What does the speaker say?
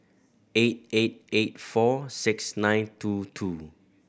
eight eight eight four six nine two two